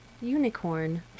Unicorn